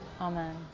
Amen